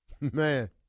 Man